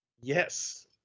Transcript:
Yes